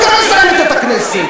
וגם מזהמת את הכנסת.